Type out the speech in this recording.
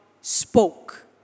spoke